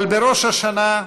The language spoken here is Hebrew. אבל בראש השנה,